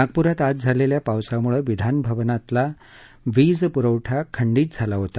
नागपुरात आज झालेल्या पावसामुळे विधान भवनातला वीजपुरवठा खंडीत झाला होता